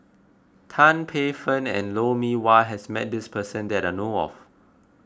Tan Paey Fern and Lou Mee Wah has met this person that I know of